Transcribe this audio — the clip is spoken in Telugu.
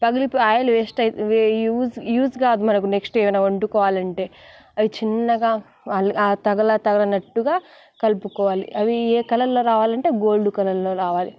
పగిలిపోయి ఆయిల్ వేస్ట్ అయి యూస్ యూస్ కాదు మనకు నెక్స్ట్ ఏవైనా వండుకోవాలంటే అవి చిన్నగా తగల తగలనట్టుగా కలుపుకోవాలి అవి ఏ కలర్లో రావాలంటే గోల్డ్ కలర్లో రావాలి